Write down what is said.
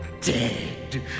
dead